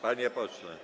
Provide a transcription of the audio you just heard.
Panie pośle.